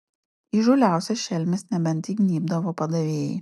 įžūliausias šelmis nebent įgnybdavo padavėjai